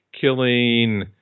killing